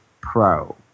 Pro